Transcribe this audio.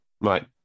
Right